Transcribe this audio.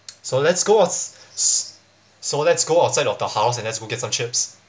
so let's go of s~ so let's go outside of the house and let's we get some chips